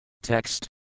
Text